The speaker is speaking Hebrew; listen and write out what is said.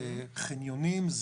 זה חניונים,